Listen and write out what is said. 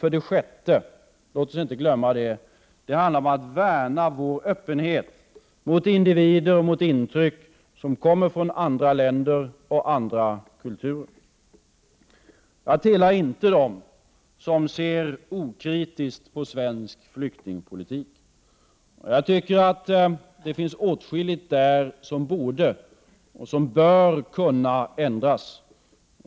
För det sjätte, låt oss inte glömma bort det: Det handlar om att värna vår öppenhet mot individer och mot intryck från andra länder och andra kulturer. Jag tillhör inte dem som ser okritiskt på svensk flyktingpolitik. Jag tycker att det finns åtskilligt där som borde och bör kunna ändras.